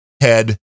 head